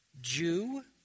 Jew